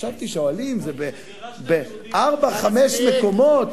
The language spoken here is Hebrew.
חשבתי שהאוהלים בארבעה-חמישה מקומות,